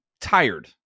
tired